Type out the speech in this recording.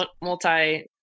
multi